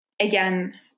again